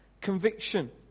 conviction